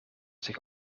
zich